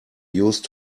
used